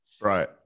Right